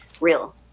real